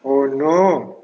oh no